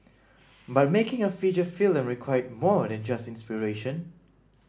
but making a feature film required more than just inspiration